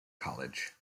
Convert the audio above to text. college